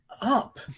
up